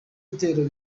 ibitero